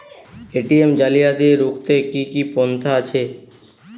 ATM জালিয়াতি রুখতে কি কি পন্থা আছে?